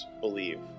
believe